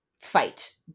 fight